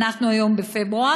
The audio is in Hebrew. ואנחנו היום בפברואר,